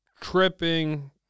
tripping